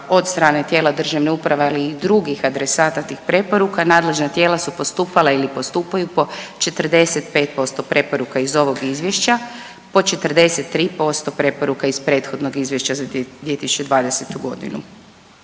od strane tijela državne uprave, ali i drugih adresata tih preporuka, nadležna tijela su postupala ili postupaju po 43% preporuka iz prethodnog Izvješća za 2020. g.